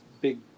big